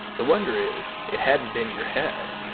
the wonder is it hadn't been your head.